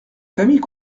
familles